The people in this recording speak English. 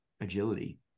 agility